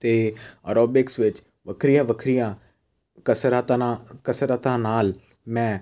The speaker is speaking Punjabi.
ਅਤੇ ਐਰੋਬਿਕਸ ਵਿੱਚ ਵੱਖਰੀਆਂ ਵੱਖਰੀਆਂ ਕਸਰਤਾਂ ਨਾ ਕਸਰਤਾਂ ਨਾਲ ਮੈਂ